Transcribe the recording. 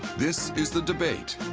this is the debate.